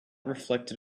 reflected